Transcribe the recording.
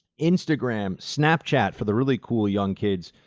instagram, snap chat for the really cool young kids,